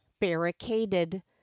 barricaded